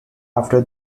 after